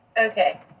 Okay